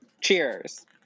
Cheers